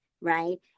right